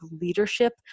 leadership